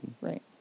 Right